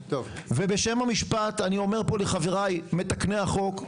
ובשם המשפט אני אומר פה לחבריי מתקני החוק,